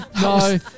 No